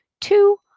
two